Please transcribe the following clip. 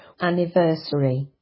Anniversary